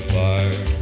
fire